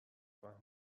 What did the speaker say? فهموند